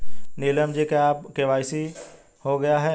नीलम जी क्या आपका के.वाई.सी हो गया है?